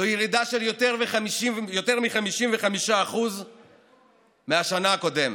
זו ירידה של יותר מ-55% מהשנה הקודמת.